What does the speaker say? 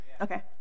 Okay